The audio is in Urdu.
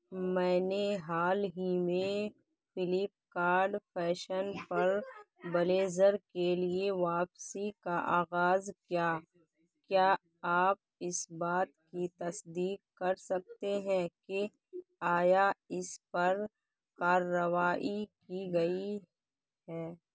میں نے حال ہی میں فلپکارڈ فیشن پر بلیزر کے لیے واپسی کا آغاز کیا کیا آپ اس بات کی تصدیق کر سکتے ہیں کہ آیا اس پر کاروائی کی گئی ہے